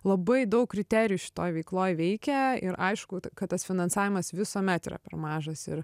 labai daug kriterijų šitoj veikloj veikia ir aišku kad tas finansavimas visuomet yra per mažas ir